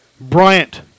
Bryant